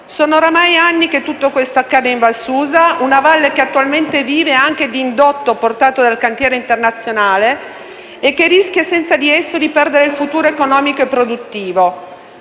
Sono oramai anni che tutto questo accade in Valsusa, una valle che attualmente vive anche di indotto portato dal cantiere internazionale e che rischia, senza di esso, di perdere il futuro economico e produttivo.